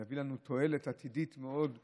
שמביא לנו תועלת עתידית מאוד גדולה,